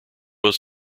was